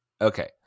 Okay